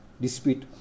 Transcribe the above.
dispute